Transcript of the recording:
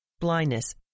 blindness